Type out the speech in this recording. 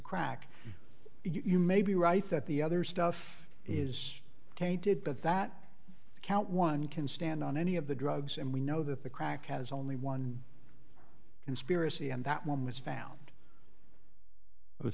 crack you may be right that the other stuff is tainted but that count one can stand on any of the drugs and we know that the crack has only one conspiracy and that woman is found i would